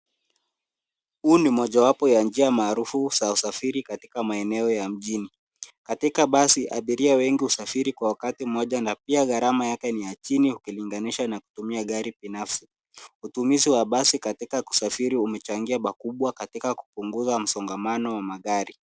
Huu ni mojawapo ya njia maarufu za usafiri katika maeneo ya mjini. Katika basi, abiria wengi husafiri kwa wakati mmoja na pia gharama yake ni ya chini ukilinganisha na kutumia gari binafsi. Utumizi wa basi katika kusafiri umechangia pakubwa katika kupunguza msongamano wa magari.